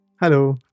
Hello